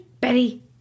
Betty